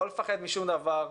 לא לפחד משום דבר,